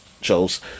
shows